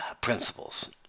principles